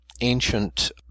ancient